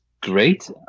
great